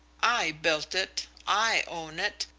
i built it, i own it,